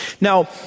Now